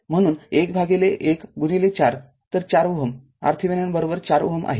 म्हणून१ भागिले १ गुणिले ४ तर ४ Ω RThevenin ४ Ω आहे